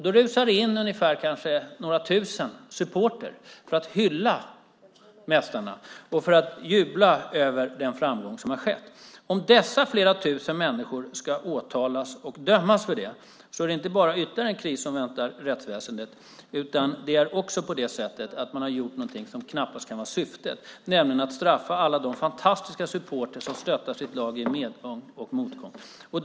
Då rusar det in några tusen supportrar för att hylla mästarna och jubla över framgången. Om dessa flera tusen människor ska åtalas och dömas för detta är det inte bara ytterligare en kris som väntar rättsväsendet, utan man har också gjort något som knappast kan vara syftet - nämligen att straffa alla de fantastiska supportrar som stöttar sina lag i medgång och motgång.